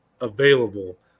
available